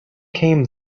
came